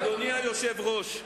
אדוני היושב-ראש,